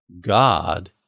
God